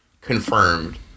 confirmed